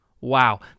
Wow